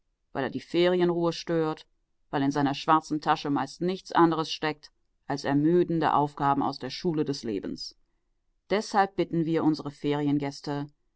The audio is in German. weil er die ferienruhe stört weil in seiner schwarzen tasche meist nichts anderes steckt als ermüdende aufgaben aus der schule des lebens deshalb bitten wir unsere feriengäste